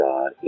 God